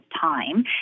time